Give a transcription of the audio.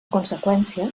conseqüència